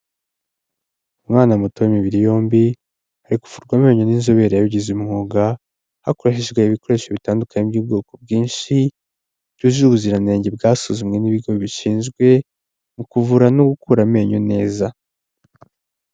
Umwana muto w'imibiri yombi ari kuvurwa amenyo n'inzobere yabigize umwuga, hakoreshejwe ibikoresho bitandukanye by'ubwoko bwinshi byujuje ubuziranenge bwasuzumwe n'ibigo bishinzwe, mu kuvura no gukura amenyo neza.